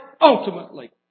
ultimately